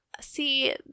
see